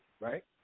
right